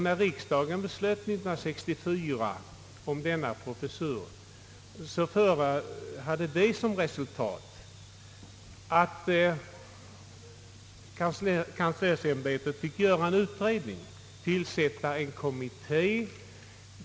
När riksdagen år 1964 beslöt om denna professur ledde det till att universitetskanslersämbetet fick i uppdrag att göra en utredning genom en kommitté.